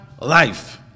life